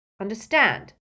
Understand